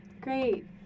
Great